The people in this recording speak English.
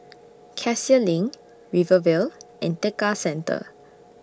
Cassia LINK Rivervale and Tekka Centre